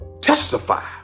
testify